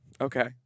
Okay